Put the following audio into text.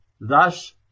Thus